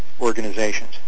organizations